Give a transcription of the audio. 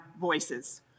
voices